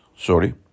Sorry